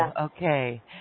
okay